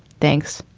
thanks,